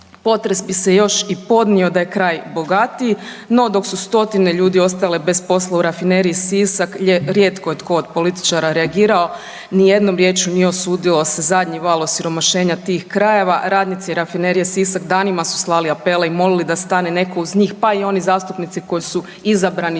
Potres bi se još i podnio da je kraj bogatiji, no dok su stotine ljudi ostale bez posla u Rafineriji Sisak rijetko je tko od političara reagirao. Ni jednom riječju nije osudilo zadnji val osiromašenja tih krajeva. Radnici Rafinerije Sisak danima su slali apele i molili da stane netko uz njih, pa i oni zastupnici koji su izabrani